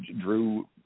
drew